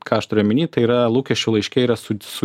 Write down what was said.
ką aš turiu omeny tai yra lūkesčių laiške yra